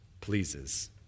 pleases